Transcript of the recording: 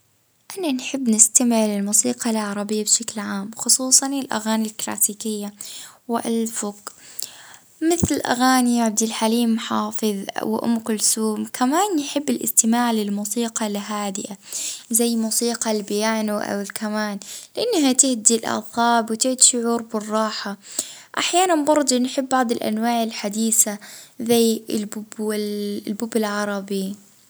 اه نحب نسمع للموسيقى الكلاسيكية الهادية وجت نحب نركز لكن وجت نحب ال نغير الجو نميل للأغاني الطربية العربية.